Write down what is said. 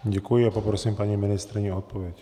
Děkuji a poprosím paní ministryni o odpověď.